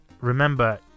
Remember